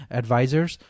advisors